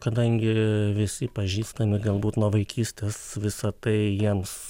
kadangi visi pažįstami galbūt nuo vaikystės visa tai jiems